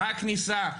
מה הכניסה,